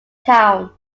town